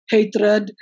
Hatred